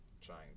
trying